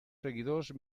seguidors